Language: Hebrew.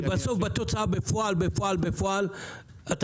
כי בסוף בתוצאה בפועל בפועל בפועל אתה